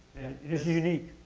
it is unique.